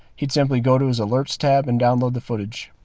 he'd simply go to his alerts tab and download the footage.